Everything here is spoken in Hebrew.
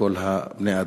לכל בני-האדם.